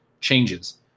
changes